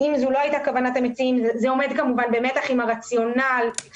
זה עומד במתח עם הרציונל של טיפול במצב הקיים.